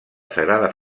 sagrada